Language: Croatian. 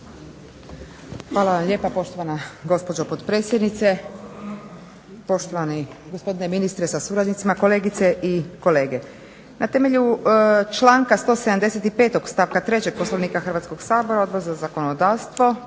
vam lijepa poštovana gospođo potpredsjednice, poštovani gospodine ministre sa suradnicima, kolegice i kolege. Na temelju članka 175. stavka 3. Poslovnika Hrvatskog sabora Odbor za zakonodavstvo